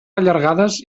allargades